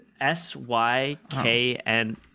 s-y-k-n